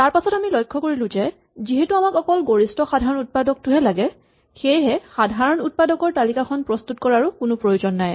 তাৰপাছত আমি লক্ষ্য কৰিলো যে যিহেতু আমাক অকল গৰিষ্ঠ সাধাৰণ উৎপাদকটোহে লাগে সেয়েহে সাধাৰণ উৎপাদকৰ তালিকাখন প্ৰস্তুত কৰাৰো কোনো প্ৰয়োজন নাই